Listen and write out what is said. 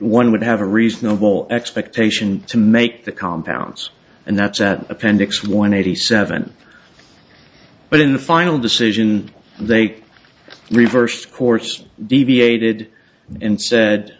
one would have a reasonable expectation to make the compounds and that's at appendix one eighty seven but in the final decision they reversed course deviated and said